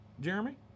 Jeremy